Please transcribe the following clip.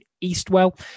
eastwell